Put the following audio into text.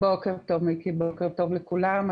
בוקר טוב, מיקי, בוקר טוב לכולם.